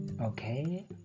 Okay